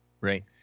Right